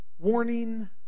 Warning